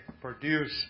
produce